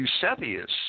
Eusebius